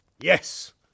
Yes